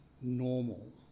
normal